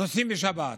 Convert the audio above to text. נוסעים בשבת,